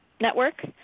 network